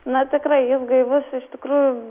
na tikrai jis gaivus iš tikrųjų